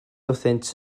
wrthynt